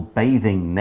bathing